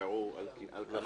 יישארו על כנם.